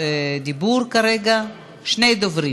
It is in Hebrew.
התרבות והספורט להכנה לקריאה שנייה ושלישית.